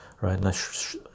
right